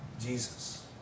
Jesus